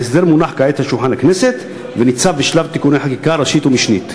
ההסדר מונח כעת על שולחן הכנסת וניצב בשלב תיקוני חקיקה ראשית ומשנית.